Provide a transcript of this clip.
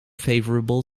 favourable